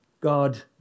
God